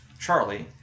charlie